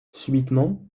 subitement